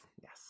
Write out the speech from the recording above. Yes